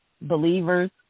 believers